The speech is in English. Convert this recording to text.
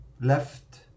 left